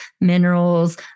minerals